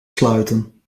sluiten